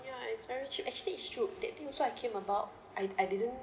ya it's very cheap actually it's true that day also I came about I I didn't